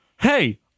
Hey